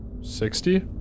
Sixty